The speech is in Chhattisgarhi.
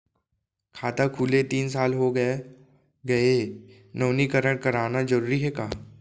खाता खुले तीन साल हो गया गये हे नवीनीकरण कराना जरूरी हे का?